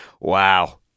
wow